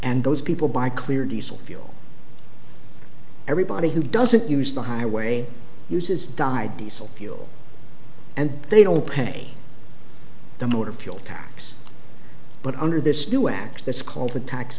and those people buy clear diesel fuel everybody who doesn't use the highway uses died diesel fuel and they don't pay the motor fuel tax but under this new act that's called the tax